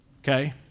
okay